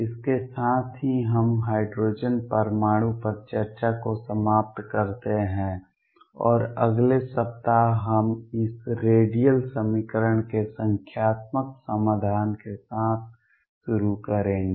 इसके साथ ही हम हाइड्रोजन परमाणु पर चर्चा को समाप्त करते हैं और अगले सप्ताह हम इस रेडियल समीकरण के संख्यात्मक समाधान के साथ शुरू करेंगे